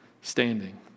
standing